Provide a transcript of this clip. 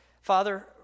Father